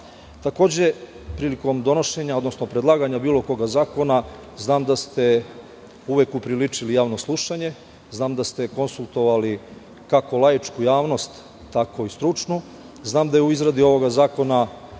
dali. Takođe, prilikom donošenja, odnosno predlaganja bilo kog zakona znam da ste uvek upriličili javno slušanje, znam da ste konsultovali kako laičku javnost, tako i stručnu. Znam da je u izradi ovog zakona